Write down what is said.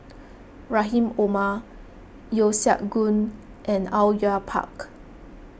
Rahim Omar Yeo Siak Goon and Au Yue Pak